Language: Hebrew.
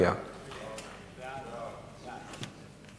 הנושא בסדר-היום של הכנסת